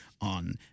on